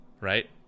right